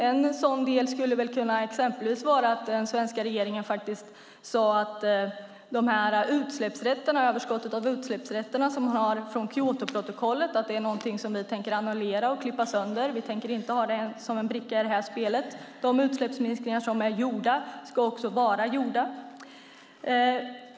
En sådan del skulle exempelvis kunna vara att den svenska regeringen sade att det överskott av utsläppsrätter som man har från Kyotoprotokollet är någonting som vi tänker annullera och klippa sönder, för vi tänker inte ha dem som en bricka i det här spelet. De utsläppsminskningar som är gjorda ska också vara gjorda.